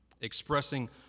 expressing